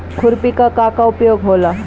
खुरपी का का उपयोग होला?